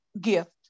gift